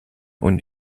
und